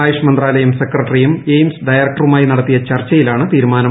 ആയുഷ് മന്ത്രാലയം സെക്രട്ടറിയും എയിംസ് ഡയറക്ടറുമായി നടത്തിയ ചർച്ചയിലാണ് തീരുമാനം